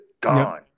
gone